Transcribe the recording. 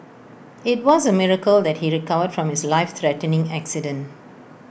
IT was A miracle that he recovered from his life threatening accident